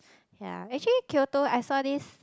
ya actually Kyoto I saw this